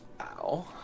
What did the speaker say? Ow